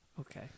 Okay